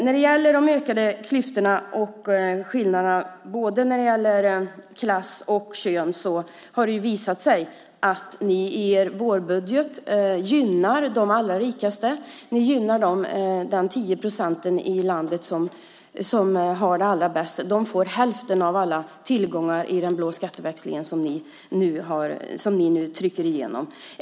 När det gäller de ökade klyftorna och skillnaderna både när det gäller klass och kön har det visat sig att ni, Anders Borg, i er vårbudget gynnar de allra rikaste. Ni gynnar de 10 procenten i Sverige som har det allra bäst, för de får hälften av alla tillgångar i den blå skatteväxlingen som ni nu trycker igenom.